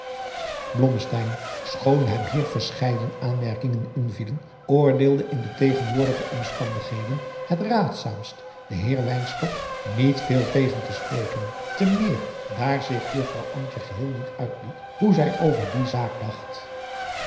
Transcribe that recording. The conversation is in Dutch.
schoon hem hier verscheiden aanmerkingen in vielen oordeelde in de tegenwoordige omstandigheden het raadzaamst den heer wynstok niet veel tegen te spreken te meer daar zich juffrouw antje geheel niet uitliet hoe zij over die zaak dacht